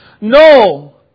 No